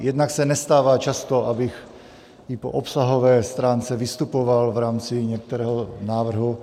Jednak se nestává často, abych i po obsahové stránce vystupoval v rámci některého návrhu.